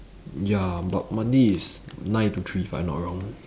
ya but monday is nine to three if I'm not wrong